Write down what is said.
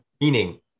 meaning